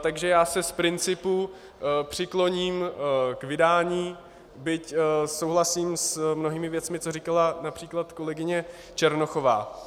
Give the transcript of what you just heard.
Takže já se z principu přikloním k vydání, byť souhlasím s mnohými věcmi, které říkala například kolegyně Černochová.